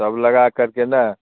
सब लगा कर के न